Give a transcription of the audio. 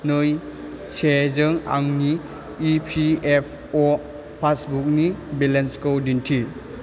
नै से जों आंनि इ पि एफ अ पासबुकनि बेलेन्सखौ दिन्थि